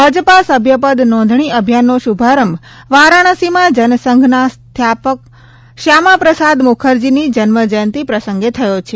ભાજપા સભ્યપદ નોંધણી અભિયાનનો શુભારંભ વારાણસીમાં જનસંઘના સ્થાપક શ્યામા પ્રસાદ મુખર્જીની જન્મજયંતી પ્રસંગે થયો છે